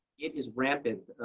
it is rampant.